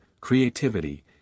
creativity